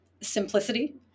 simplicity